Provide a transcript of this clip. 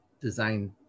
design